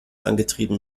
angetrieben